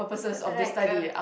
like a